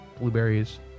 blueberries